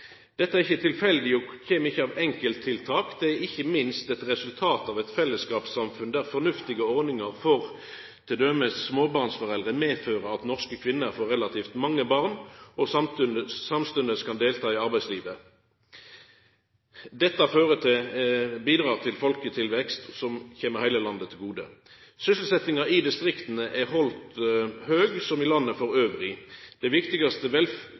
Dette er ikkje tilfeldig og kjem ikkje av enkelttiltak. Det er ikkje minst eit resultat av eit fellesskapssamfunn der fornuftige ordningar for t.d. småbarnsforeldre medfører at norske kvinner får relativt mange barn, og samstundes kan delta i arbeidslivet. Dette bidreg til folketilvekst som kjem heile landet til gode. Sysselsetjinga i distrikta er halden høg som i landet elles. Det viktigaste